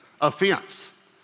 offense